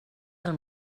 del